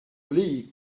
lee